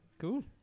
Cool